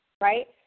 right